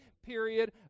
period